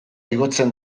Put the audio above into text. igotzen